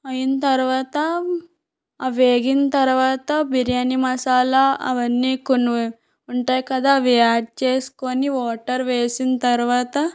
అయిన తరువాత అవి వేగిన తరువాత బిర్యానీ మసాలా అవన్నీ కొన్ని ఉ ఉంటాయి కదా అవి యాడ్ చేసుకొని వాటర్ వేసిన తరువాత